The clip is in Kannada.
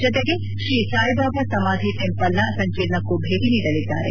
ಜತೆಗೆ ಶ್ರೀ ಸಾಯಿಬಾಬಾ ಸಮಾಧಿ ಟೆಂಪಲ್ನ ಸಂಕೀರ್ಣಕ್ಕೂ ಭೇಟಿ ನೀಡಲಿದ್ದಾರೆ